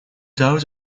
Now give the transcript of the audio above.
doubt